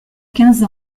quinze